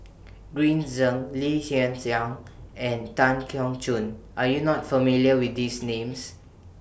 Green Zeng Lee Hsien Yang and Tan Keong Choon Are YOU not familiar with These Names